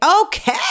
okay